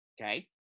Okay